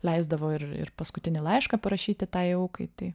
leisdavo ir ir paskutinį laišką parašyti tai aukai tai